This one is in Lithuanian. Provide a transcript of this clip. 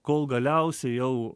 kol galiausiai jau